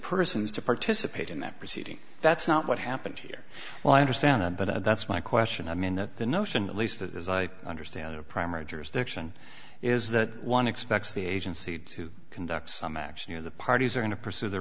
persons to participate in that proceeding that's not what happened here well i understand that but that's my question i mean the notion at least as i understand the primary jurisdiction is that one expects the agency to conduct some action or the parties are going to pursue the